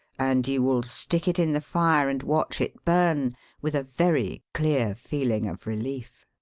and you will stick it in the fire and watch it burn with a very clear feeling of relief.